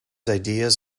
ideas